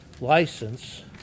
license